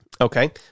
Okay